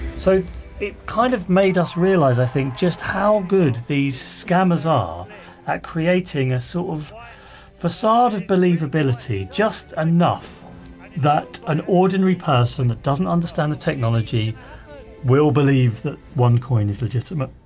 so it kind of made us realize, i think, just how good these scammers are at creating a sort of facade of believability, just enough that an ordinary person that doesn't understand the technology will believe that onecoin is legitimate